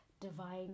Divine